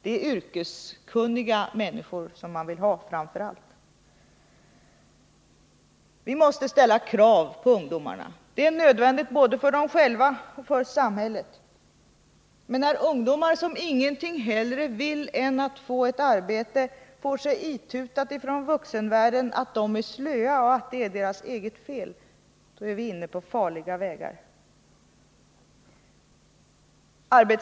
Det är yrkeskunniga människor som man vill ha framför allt. Vi måste ställa krav på ungdomarna. Det är nödvändigt både för dem själva och för samhället. Men när ungdomar som ingenting hellre vill än att få ett arbete, får sig itutat från vuxenvärlden att de är slöa och att det är deras eget fel att de är arbetslösa, är vi inne på farliga vägar.